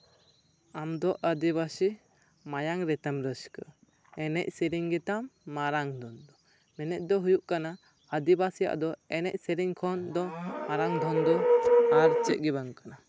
ᱟᱢ ᱫᱚ ᱟᱹᱫᱤᱵᱟᱹᱥᱤ ᱢᱟᱭᱟᱝ ᱨᱮᱛᱟᱢ ᱨᱟᱹᱥᱠᱟᱹ ᱮᱱᱮᱡ ᱥᱮᱨᱮᱧ ᱜᱮᱛᱟᱢ ᱢᱟᱨᱟᱝ ᱫᱷᱚᱱ ᱫᱚ ᱢᱮᱱᱮᱫ ᱫᱚ ᱦᱩᱭᱩᱜ ᱠᱟᱱᱟ ᱟᱹᱫᱤᱵᱟᱹᱥᱤᱭᱟᱜ ᱫᱚ ᱮᱱᱮᱡ ᱥᱮᱨᱮᱧ ᱠᱷᱚᱱ ᱫᱚ ᱢᱟᱨᱟᱝ ᱫᱷᱚᱱ ᱫᱚ ᱟᱨ ᱪᱮᱫ ᱜᱮ ᱵᱟᱝ ᱠᱟᱱᱟ